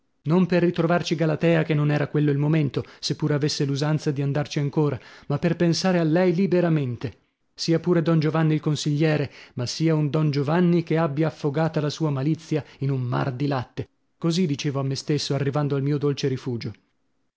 non per ritrovarci galatea che non era quello il momento se pure avesse l'usanza di andarci ancora ma per pensare a lei liberamente sia pure don giovanni il consigliere ma sia un don giovanni che abbia affogata la sua malizia in un mar di latte così dicevo a me stesso arrivando al mio dolce rifugio